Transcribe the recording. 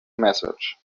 message